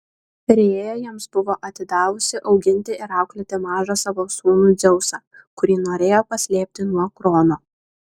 rėja jiems buvo atidavusi auginti ir auklėti mažą savo sūnų dzeusą kurį norėjo paslėpti nuo krono